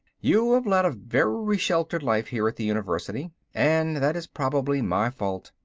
you have led a very sheltered life here at the university, and that is probably my fault.